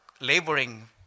laboring